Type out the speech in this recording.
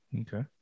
Okay